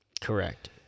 Correct